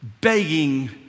begging